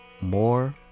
More